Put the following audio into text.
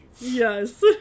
Yes